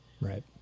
Right